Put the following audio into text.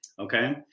Okay